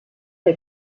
der